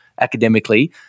academically